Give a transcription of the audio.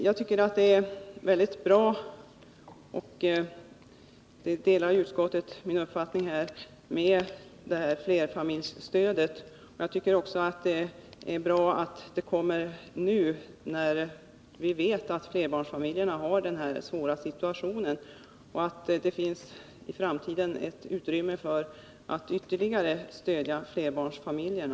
Jag tycker att det är väldigt bra — och utskottet delar min uppfattning— med stödet till flerbarnsfamiljer. Jag tycker också att det är bra att det kommer nu, när vi vet att flerbarnsfamiljerna har denna svåra situation, och att det i framtiden finns ytterligare utrymme för att stödja flerbarnsfamiljerna.